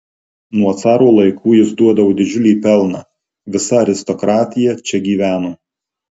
nuo caro laikų jis duodavo didžiulį pelną visa aristokratija čia gyveno